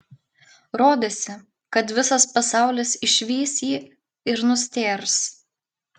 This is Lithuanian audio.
rodėsi kad visas pasaulis išvys jį ir nustėrs